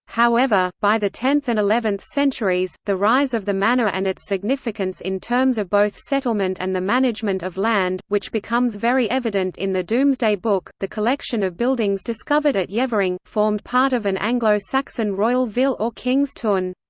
however, by the tenth and eleventh centuries, the rise of the manor and its significance in terms of both settlement and the management of land, which becomes very evident in the domesday book the collection of buildings discovered at yeavering, formed part of an anglo-saxon royal vill or king's tun.